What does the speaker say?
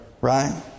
right